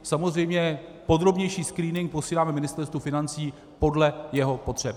Samozřejmě podrobnější screening posíláme Ministerstvu financí podle jeho potřeb.